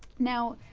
now,